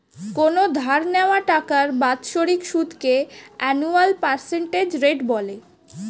কোনো ধার নেওয়া টাকার বাৎসরিক সুদকে অ্যানুয়াল পার্সেন্টেজ রেট বলে